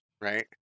right